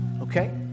Okay